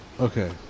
Okay